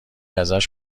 ازش